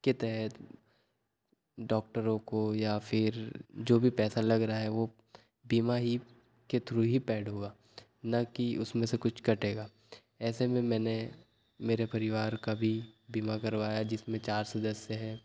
के तहत डॉक्टरों को या फिर जो भी पैसा लग रहा है वह बीमा ही के थ्रू ही पैड होगा न कि उसमें से कुछ कटेगा ऐसे में मैंने मेरे परिवार का भी बीमा करवाया है जिसमें चार सदस्य है